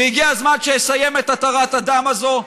והגיע הזמן שיסיים את התרת הדם הזאת,